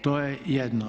To je jedno.